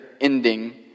ending